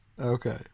okay